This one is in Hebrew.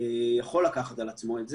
יכול לקחת על עצמו את זה.